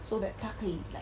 so that 他可以 like